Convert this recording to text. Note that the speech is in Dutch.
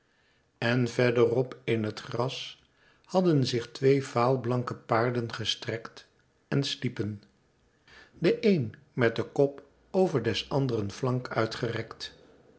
en verder op in het gras hadden zich twee vaal blanke paarden gestrekt en sliepen de een met den kop over des anderen flank